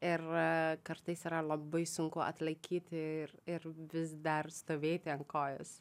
ir kartais yra labai sunku atlaikyti ir ir vis dar stovėti ant kojos